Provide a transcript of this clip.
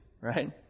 right